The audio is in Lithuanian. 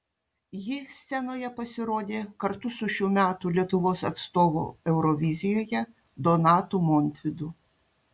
ji scenoje pasirodė kartu su šių metų lietuvos atstovu eurovizijoje donatu montvydu